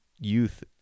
youth